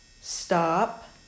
stop